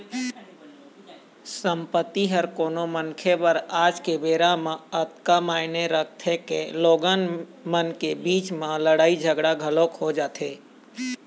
संपत्ति ह कोनो मनखे बर आज के बेरा म अतका मायने रखथे के लोगन मन के बीच म लड़ाई झगड़ा घलोक हो जाथे